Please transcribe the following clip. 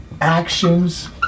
actions